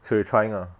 so you trying ah